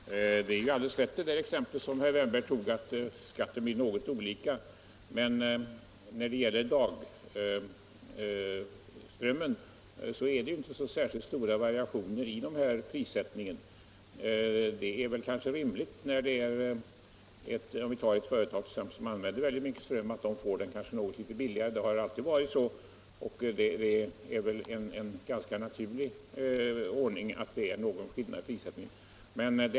Herr talman! Det av herr Wärnberg anförda exemplet var helt korrekt. Det är riktigt att skatten slår något olika. Men när det gäller dagströmmen är det inte särskilt stora variationer i prissättningen. Det är kanske rimligt att exempelvis företag som använder stora mängder ström får den något billigare. Det har alltid varit så, och det är väl ganska naturligt att det är någon skillnad i prissättningen i det avseendet.